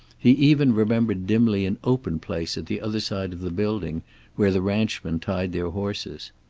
he even remembered dimly an open place at the other side of the building where the ranchmen tied their horses.